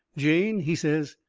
jane, he says,